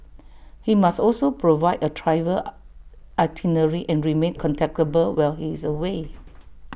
he must also provide A travel itinerary and remain contactable while he is away